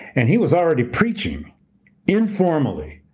and he was already preaching informally